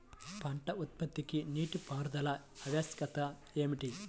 పంట ఉత్పత్తికి నీటిపారుదల ఆవశ్యకత ఏమిటీ?